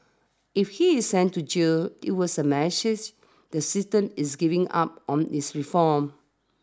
if he is sent to jail it was a message the system is giving up on his reform